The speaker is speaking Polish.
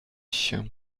się